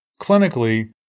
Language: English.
clinically